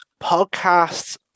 podcasts